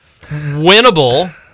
Winnable